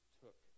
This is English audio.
took